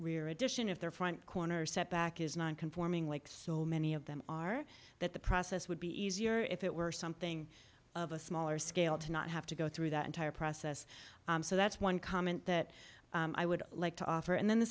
rear addition if their front corner setback is nonconforming like so many of them are that the process would be easier if it were something of a smaller scale to not have to go through that entire process so that's one comment that i would like to offer and then the